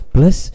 Plus